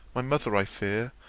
my mother, i fear,